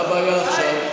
מה הבעיה עכשיו?